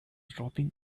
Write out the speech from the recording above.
dropping